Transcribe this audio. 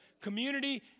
community